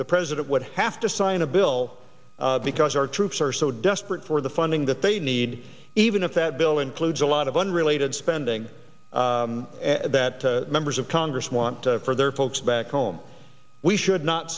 the president would have to sign a bill because our troops are so desperate for the funding that they need even if that bill includes a lot of unrelated spending that members of congress want to for their folks back home we should not